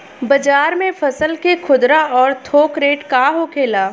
बाजार में फसल के खुदरा और थोक रेट का होखेला?